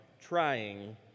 trying